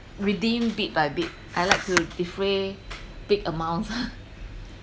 redeem bit by bit I like to defray big amounts